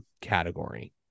category